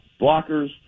blockers